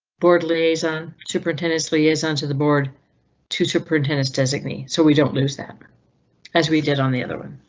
board liaison superintendence liaison to the board to superintendence designee. so we don't lose that as we did on the other one.